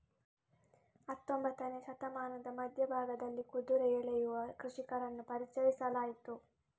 ಹತ್ತೊಂಬತ್ತನೇ ಶತಮಾನದ ಮಧ್ಯ ಭಾಗದಲ್ಲಿ ಕುದುರೆ ಎಳೆಯುವ ಕೃಷಿಕರನ್ನು ಪರಿಚಯಿಸಲಾಯಿತು